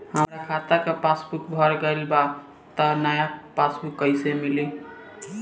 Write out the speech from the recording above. हमार खाता के पासबूक भर गएल बा त नया पासबूक कइसे मिली?